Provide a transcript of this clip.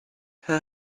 her